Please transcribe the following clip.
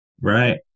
Right